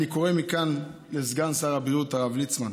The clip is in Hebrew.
אני קורא מכאן לסגן שר הבריאות, הרב ליצמן,